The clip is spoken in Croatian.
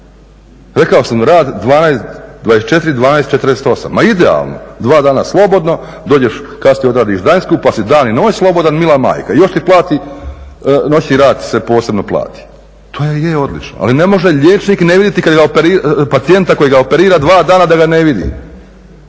Rekao sam rad 24-12-48 ma idealno! Dva dana slobodno, dođeš kasnije odradiš dan pa si dan i noć slobodan, mila majka. Još ti plati noćni rad posebno. To je odlično. Ali ne može liječnik ne vidjeti pacijenta kojega operira dva dana da ga ne vidi,